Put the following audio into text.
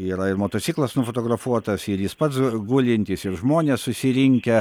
yra ir motociklas nufotografuotas ir jis pats gulintis ir žmonės susirinkę